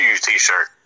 t-shirt